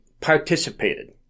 participated